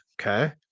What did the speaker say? okay